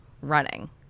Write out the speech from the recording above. running